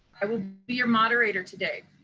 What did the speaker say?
i will be your moderator today.